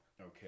Okay